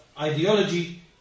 ideology